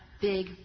big